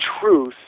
truth